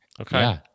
Okay